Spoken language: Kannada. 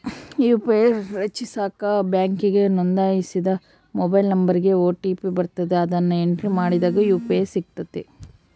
ಯು.ಪಿ.ಐ ರಚಿಸಾಕ ಬ್ಯಾಂಕಿಗೆ ನೋಂದಣಿಸಿದ ಮೊಬೈಲ್ ನಂಬರಿಗೆ ಓ.ಟಿ.ಪಿ ಬರ್ತತೆ, ಅದುನ್ನ ಎಂಟ್ರಿ ಮಾಡಿದಾಗ ಯು.ಪಿ.ಐ ಸಿಗ್ತತೆ